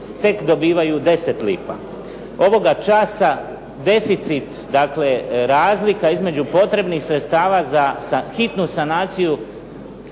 tek dobivaju 10 lipa. Ovoga časa deficit, dakle razlika između potrebnih sredstava za hitnu sanaciju